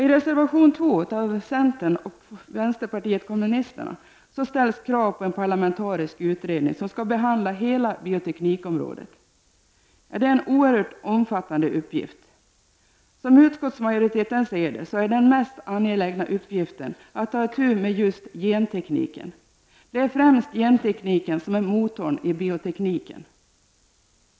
I reservation 2 av centerpartiet och vpk ställs krav på en parlamentarisk utredning som skall behandla hela bioteknikområdet. Det är en oerhört omfattande uppgift. Som utskottsmajoriteten ser det är den mest angelägna uppgiften att ta itu med just gentekniken. Det är främst gentekniken som är motorn i biotekniken.